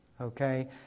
okay